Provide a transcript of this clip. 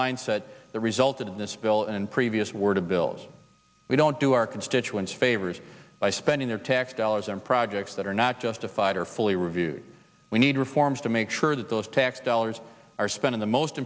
mindset that resulted in this bill and previous word of bills we don't do or can statuettes favors by spending their tax dollars on projects that are not justified or fully reviewed we need reforms to make sure that those tax dollars are spent on the most